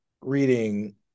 reading